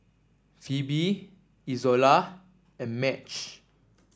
Pheobe Izola and Madge